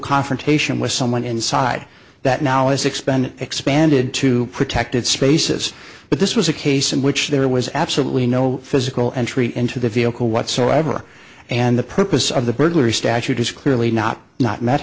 confrontation with someone inside that now is expend expanded to protected spaces but this was a case in which there was absolutely no physical entry into the vehicle whatsoever and the purpose of the burglary statute is clearly not not met